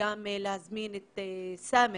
אולי זו ההזדמנות להציג את הנושא הזה כנושא שצריך להיערך